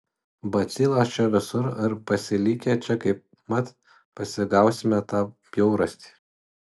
bacilos čia visur ir pasilikę čia kaip mat pasigausime tą bjaurastį